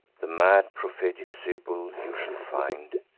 the mad prophetic sibyl you shall find,